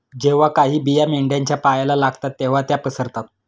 जेव्हा काही बिया मेंढ्यांच्या पायाला लागतात तेव्हा त्या पसरतात